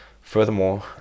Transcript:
furthermore